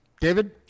David